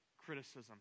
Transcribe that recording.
criticism